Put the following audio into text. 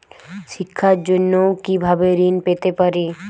শিক্ষার জন্য কি ভাবে ঋণ পেতে পারি?